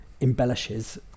embellishes